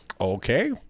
Okay